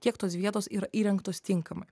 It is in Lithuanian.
kiek tos vietos yra įrengtos tinkamai